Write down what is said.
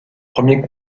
premier